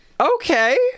Okay